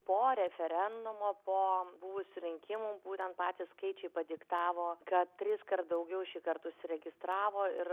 po referendumo po buvusių rinkimų būtent patys skaičiai padiktavo kad triskart daugiau šįkart užsiregistravo ir